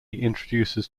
introduces